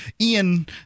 Ian